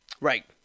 Right